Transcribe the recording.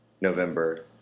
November